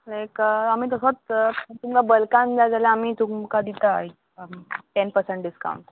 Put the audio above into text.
लायक आमी तसोत तुमकां बल्कान जाय जाल्यार आमी तुमकां दिता एक टेन पर्संट डिस्कावंट